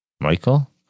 Michael